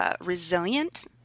resilient